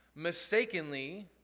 Mistakenly